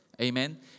Amen